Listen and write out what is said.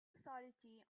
authority